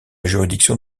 juridiction